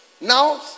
Now